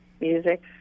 music